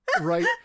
right